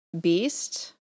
beast